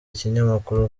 ikinyamakuru